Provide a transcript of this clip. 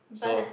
so